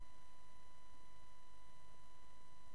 יום, עם